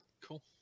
cool